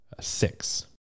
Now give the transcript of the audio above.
Six